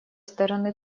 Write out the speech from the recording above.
стороны